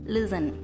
Listen